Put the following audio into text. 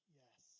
yes